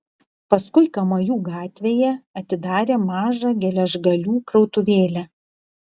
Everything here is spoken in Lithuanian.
paskui kamajų gatvėje atidarė mažą geležgalių krautuvėlę